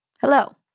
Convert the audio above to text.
hello